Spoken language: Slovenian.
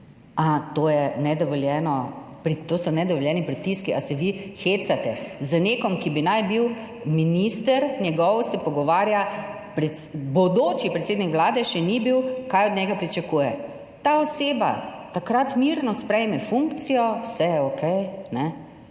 to so nedovoljeni pritiski. Ali se vi hecate z nekom, ki bi naj bil minister njegov, se pogovarja bodoči predsednik Vlade še ni bil. Kaj od njega pričakuje ta oseba? Takrat mirno sprejme funkcijo, vse je okej.